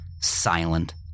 silent